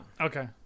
Okay